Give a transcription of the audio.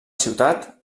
ciutat